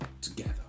together